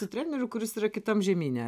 su treneriu kuris yra kitam žemyne